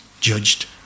judged